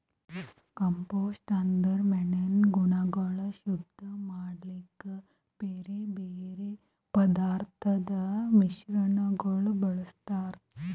compost ಅಂದುರ್ ಮಣ್ಣಿನ ಗುಣಗೊಳ್ ಶುದ್ಧ ಮಾಡ್ಲುಕ್ ಬ್ಯಾರೆ ಬ್ಯಾರೆ ಪದಾರ್ಥದ್ ಮಿಶ್ರಣಗೊಳ್ ಬಳ್ಸತಾರ್